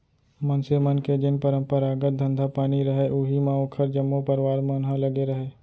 मनसे मन के जेन परपंरागत धंधा पानी रहय उही म ओखर जम्मो परवार मन ह लगे रहय